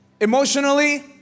Emotionally